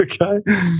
okay